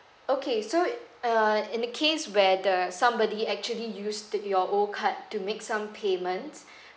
okay so err in the case where the somebody actually used your old card to make some payments